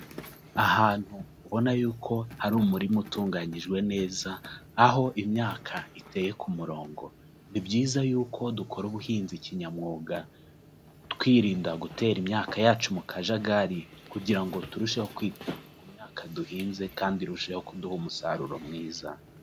Ahantu ubona yuko hari umurima utunganyijwe neza, aho imyaka iteye ku murongo. Ni byiza yuko dukora ubuhinzi kinyamwuga, twirinda gutera imyaka yacu mu kajagari, kugira ngo turusheho kwita ku myaka duhinze, kandi irusheho kuduha umusaruro mwiza.